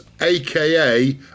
aka